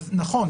נכון,